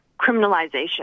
criminalization